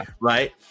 right